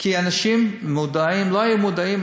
כי אנשים לא היו מודעים